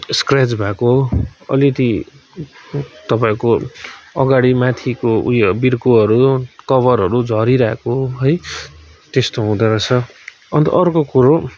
scratch भएको अलिकति तपाईँको अगाडि माथिको उयो बिर्कोहरू कभरहरू झरिरहेको है त्यस्तो हुँदोरहेछ अन्त अर्को कुरो